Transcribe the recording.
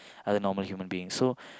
other normal human beings so